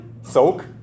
soak